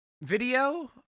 Video